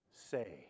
say